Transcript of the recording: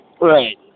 Right